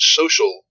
social